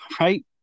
right